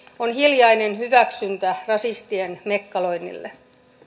on hiljainen hyväksyntä rasistien mekkaloinnille